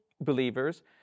believers